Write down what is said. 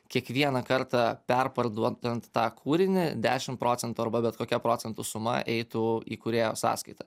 kiekvieną kartą perparduodant tą kūrinį dešim procentų arba bet kokia procentų suma eitų į kūrėjo sąskaitą